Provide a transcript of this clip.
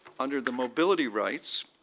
under the mobility rights,